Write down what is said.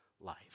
life